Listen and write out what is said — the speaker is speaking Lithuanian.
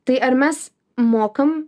tai ar mes mokam